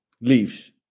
leaves